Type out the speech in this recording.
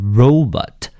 robot